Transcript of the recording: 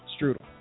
Strudel